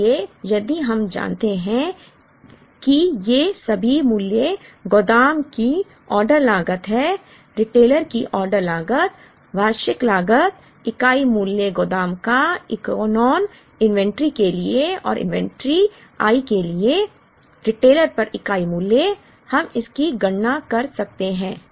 इसलिए यदि हम जानते हैं कि ये सभी मूल्य गोदाम की ऑर्डर लागत हैं रिटेलर की ऑर्डर लागत वार्षिक लागत इकाई मूल्य गोदाम का इकोनॉन इन्वेंटरी के लिए और इन्वेंट्री i के लिए रिटेलर पर इकाई मूल्य हम इसकी गणना कर सकते हैं